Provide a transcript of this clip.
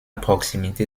proximité